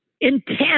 intent